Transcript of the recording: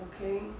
okay